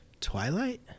Twilight